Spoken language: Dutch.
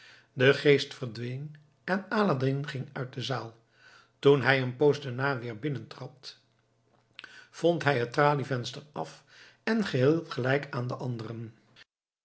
de geest verdween en aladdin ging uit de zaal toen hij een poos daarna weer binnenkwam vond hij het tralievenster af en geheel gelijk aan de anderen